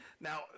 Now